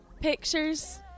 pictures